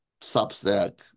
Substack